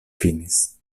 finis